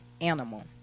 animal